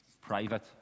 Private